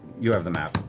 you have the map.